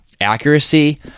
accuracy